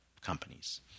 companies